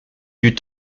eut